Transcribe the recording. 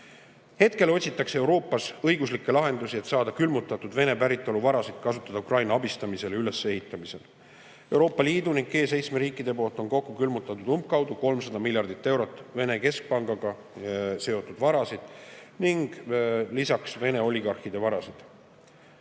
Hetkel otsitakse Euroopas õiguslikke lahendusi, et saada külmutatud Vene päritolu varasid kasutada Ukraina abistamisel ja ülesehitamisel. Euroopa Liidu ja G7 riikide poolt on kokku külmutatud umbkaudu 300 miljardit eurot Vene keskpangaga seotud varasid ning lisaks Vene oligarhide varasid.